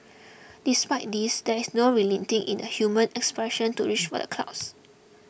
despite this there is no relenting in the human aspiration to reach for the clouds